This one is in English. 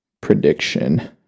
Prediction